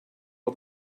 all